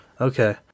okay